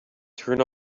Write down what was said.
turn